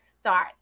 start